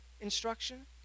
instruction